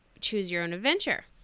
choose-your-own-adventure